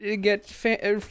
get